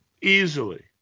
Easily